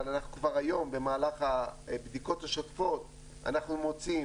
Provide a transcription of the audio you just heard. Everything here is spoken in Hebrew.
אבל אנחנו כבר היום במהלך הבדיקות השוטפות אנחנו מוציאים